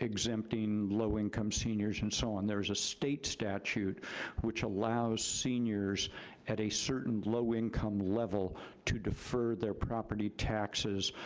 exempting low-income seniors, and so on. there is a state statute which allows seniors at a certain low income level to defer their property taxes